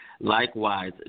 likewise